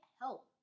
help